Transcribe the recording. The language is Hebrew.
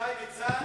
תשאל את שי ניצן